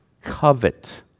covet